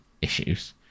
issues